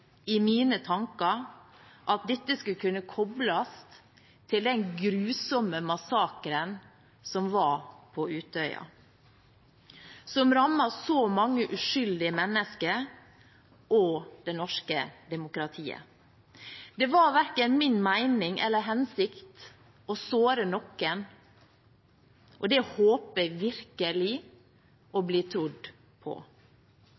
i mine tanker at dette skulle kunne kobles til den grusomme massakren som var på Utøya, som rammet så mange uskyldige mennesker og det norske demokratiet. Det var verken min mening eller hensikt å såre noen, og det håper jeg virkelig å bli trodd på.